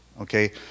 Okay